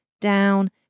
down